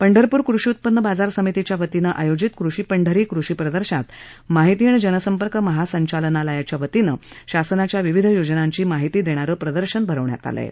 पंढरपूर कृषी उत्पन्न बाजार समितीच्यावतीनं आयोजित कृषी पंढरी कृषी प्रदर्शनात माहिती आणि जनसंपर्क महासंचालनालयाच्यावतीनं शासनाच्या विविध योजनांची माहिती देणारं प्रदर्शन उभारण्यात आलं आहे